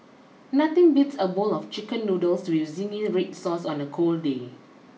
nothing beats a bowl of chicken noodles with zingy red sauce on a cold day